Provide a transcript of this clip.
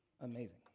Amazing